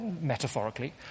metaphorically